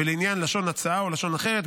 ולעניין לשון הצעה או לשון אחרת,